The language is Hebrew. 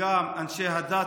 וגם אנשי הדת